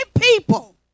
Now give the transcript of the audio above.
people